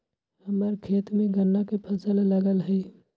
हम्मर खेत में गन्ना के फसल लगल हई